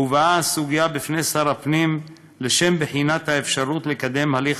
הובאה הסוגיה בפני שר הפנים לשם בחינת האפשרות לקדם הליך